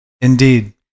Indeed